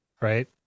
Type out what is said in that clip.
right